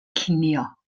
cinio